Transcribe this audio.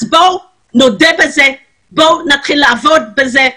אז בואו נודה בזה, בואו נתחיל לעבוד בזה.